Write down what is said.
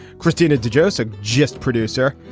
christina de jozen, just producer.